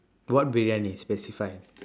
what briyani specify